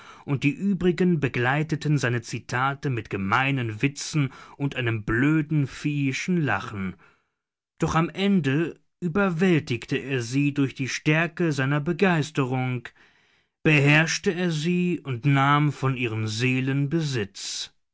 und die übrigen begleiteten seine zitate mit gemeinen witzen und einem blöden viehischen lachen doch am ende überwältigte er sie durch die stärke seiner begeisterung beherrschte er sie und nahm von ihren